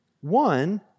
One